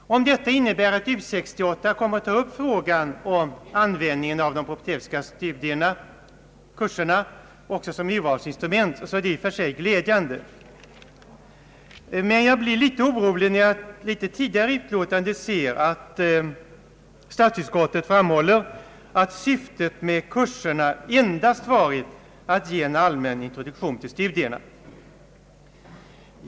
Om detta innebär att U 68 kommer att ta upp frågan om användningen av de propedeutiska kurserna också som ett urvalsinstrument är detta i och för sig glädjande. Jag blir emellertid litet orolig när jag ser att statsutskottet några meningar tidigare i sitt utlåtande framhåller »att syftet med kurserna endast varit att ge en allmän introduktion till studierna».